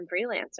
freelancer